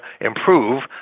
improve